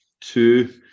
two